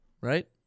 Right